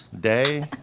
day